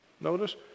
Notice